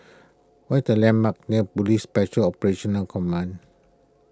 what the landmarks near Police Special Operational Command